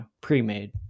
pre-made